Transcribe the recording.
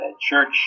church